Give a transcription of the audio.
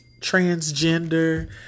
transgender